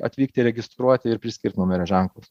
atvykti registruoti ir priskirt numerio ženklus